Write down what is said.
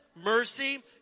mercy